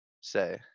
say